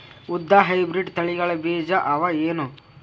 ಉದ್ದ ಹೈಬ್ರಿಡ್ ತಳಿಗಳ ಬೀಜ ಅವ ಏನು?